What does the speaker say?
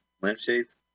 lampshades